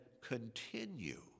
continue